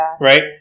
right